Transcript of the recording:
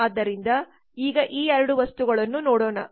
ಆದ್ದರಿಂದ ಈಗ ಈ 2 ವಸ್ತುಗಳನ್ನು ನೋಡೋಣ